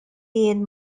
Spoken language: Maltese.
jien